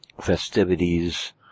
festivities